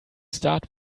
start